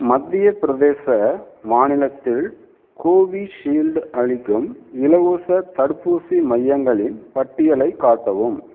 மத்தியப் பிரதேச மாநிலத்தில் கோவிஷீல்டு அளிக்கும் இலவசத் தடுப்பூசி மையங்களின் பட்டியலைக் காட்டவும்